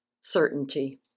Certainty